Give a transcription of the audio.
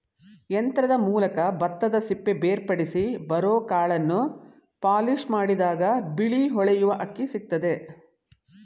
ಯಂತ್ರದ ಮೂಲಕ ಭತ್ತದಸಿಪ್ಪೆ ಬೇರ್ಪಡಿಸಿ ಬರೋಕಾಳನ್ನು ಪಾಲಿಷ್ಮಾಡಿದಾಗ ಬಿಳಿ ಹೊಳೆಯುವ ಅಕ್ಕಿ ಸಿಕ್ತದೆ